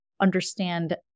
understand